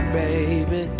baby